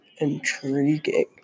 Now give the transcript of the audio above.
intriguing